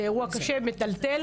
זה אירוע קשה ומטלטל,